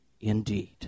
indeed